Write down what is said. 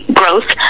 growth